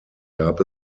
gab